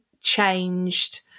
changed